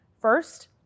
First